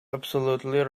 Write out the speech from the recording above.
absolutely